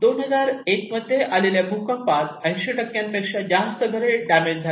2001 मध्ये आलेल्या भूकंपात 80 पेक्षा जास्त घर डॅमेज झाले